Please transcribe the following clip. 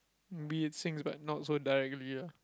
maybe it syncs but not so directly lah